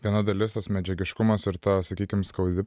viena dalis tas medžiagiškumas ir ta sakykim skaudi